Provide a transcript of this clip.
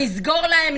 נסגור להם,